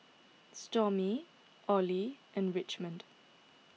Stormy Olie and Richmond